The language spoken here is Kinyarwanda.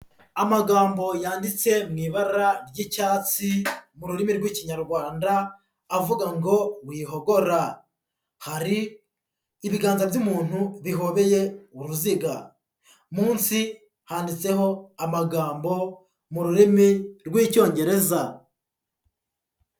Amagambo yanditse mu ibara ry'icyatsi mu rurimi rw'Ikinyarwanda avuga ngo: "Wihogora," hari ibiganza by'umuntu bihobeye uruziga, munsi handitseho amagambo mu rurimi rw'Icyongereza.